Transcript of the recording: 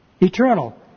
Eternal